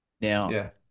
Now